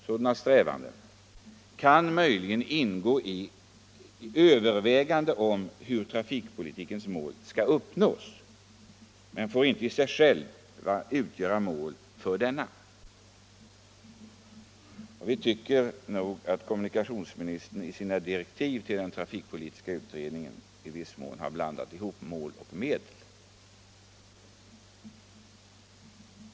Sådana strävanden kan möjligen ingå i övervägandena om hur trafikpolitikens mål skall uppnås, men de får inte i sig själva utgöra mål för denna.” Vi tycker faktiskt att kommunikationsministern i sina direktiv till den trafikpolitiska utredningen i viss mån har blandat ihop mål och medel.